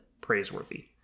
praiseworthy